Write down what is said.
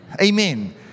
Amen